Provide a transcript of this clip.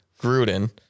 Gruden